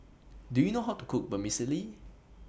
Do YOU know How to Cook Vermicelli